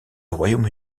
royaume